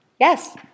yes